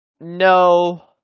no